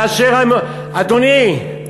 אדוני,